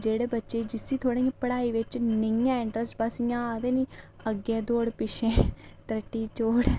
जेह्ड़े बच्चे जिसी इ'यां पढ़ाई बिच निं ऐ इंटरैस्ट बस इ'यां आखदे निं अग्गें दौड़ पिच्छे त्रट्टी चौड़